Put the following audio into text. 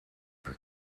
per